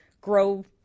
grow